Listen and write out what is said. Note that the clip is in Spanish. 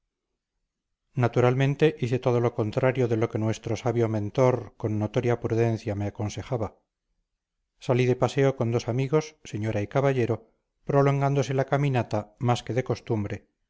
naturalmente hice todo lo contrario de lo que nuestro sabio mentor con notoria prudencia me aconsejaba salí de paseo con dos amigos señora y caballero prolongándose la caminata más que de costumbre